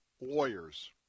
lawyers